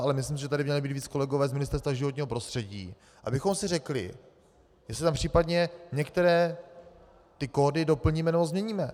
Ale myslím, že by tady měli být víc kolegové z Ministerstva životního prostředí, abychom si řekli, že si tam případně některé ty kódy doplníme nebo změníme.